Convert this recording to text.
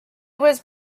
was